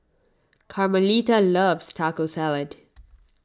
Carmelita loves Taco Salad